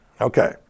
okay